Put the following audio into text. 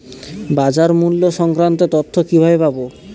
বাজার মূল্য সংক্রান্ত তথ্য কিভাবে পাবো?